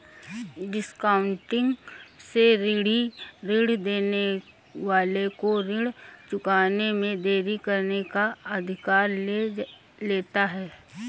discounting से ऋणी ऋण देने वाले को ऋण चुकाने में देरी करने का अधिकार ले लेता है